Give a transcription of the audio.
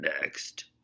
next